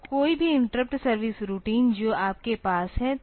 तो कोई भी इंटरप्ट सर्विस रूटीन जो आपके पास है